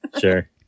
Sure